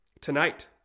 Tonight